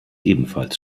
ebenfalls